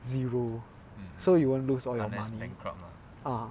zero so you won't lose all your money ah